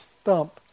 stump